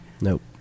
Nope